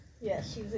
yes